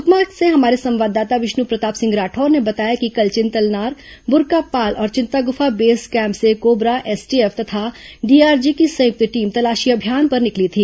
सुकमा से हमारे संवाददाता विष्णु प्रताप सिंह राठौर ने बताया कि कल चिंतलनार बुरकापाल और चिंतागुफा बेस कैम्प से कोबरा एसटीएफ तथा डीआरजी की संयुक्त टीम तलाशी अभियान पर निकली थी